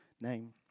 name